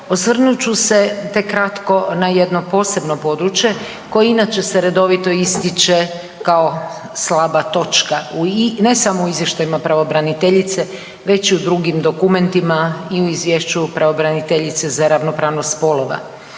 osvrnut ću se tek kratko na jedno posebno područje koje inače se redovito ističe kao slaba točka, ne samo u izvještajima pravobraniteljice već i u drugim dokumentima i u izvješću pravobraniteljice za ravnopravnost spolova.